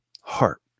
heart